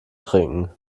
trinken